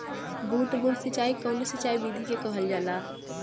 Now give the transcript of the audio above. बूंद बूंद सिंचाई कवने सिंचाई विधि के कहल जाला?